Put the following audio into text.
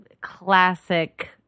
classic